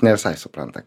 ne visai supranta